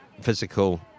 physical